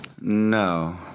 no